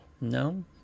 No